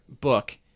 book